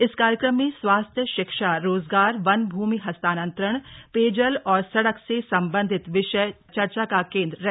इस कार्यक्रम में स्वास्थ्य शिक्षा रोजगार वन भूमि हस्तांतरण पेयजल और सड़क से संबंधित विषय चर्चा का केन्द्र रहे